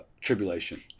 tribulation